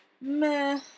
Meh